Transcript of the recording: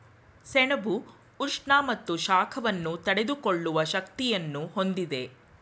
ಸೆಣಬು ಉಷ್ಣ ಮತ್ತು ಶಾಖವನ್ನು ತಡೆದುಕೊಳ್ಳುವ ಶಕ್ತಿಯನ್ನು ಹೊಂದಿದೆ